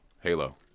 Halo